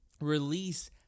release